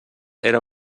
era